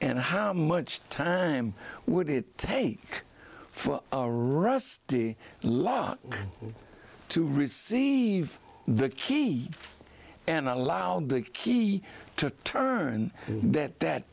and how much time would it take for rusty law to receive the key and allow the key to turn that that